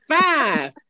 five